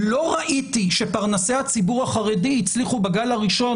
לא ראיתי שפרנסי הציבור החרדי הצליחו בגל הראשון,